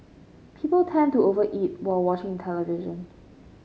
people tend to over eat while watching television